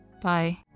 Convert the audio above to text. Bye